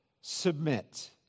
submit